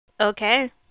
okay